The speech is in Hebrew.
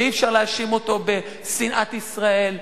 שאי-אפשר להאשים אותו בשנאת ישראל,